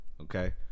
Okay